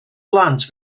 blant